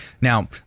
Now